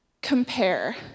compare